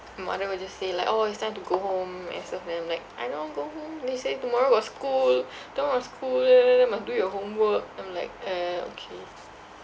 my mother will just say like orh it's time to go home myself then I'm like I don't want to go home then she say tomorrow got school tomorrow got school must do your homework I'm like uh okay